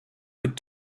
could